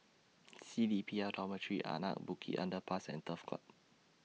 C D P L Dormitory Anak Bukit Underpass and Turf Club